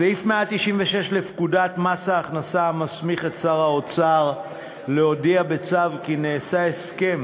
סעיף 196 לפקודת מס הכנסה מסמיך את שר האוצר להודיע בצו כי נעשה הסכם